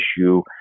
issue